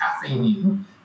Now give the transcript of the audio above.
caffeine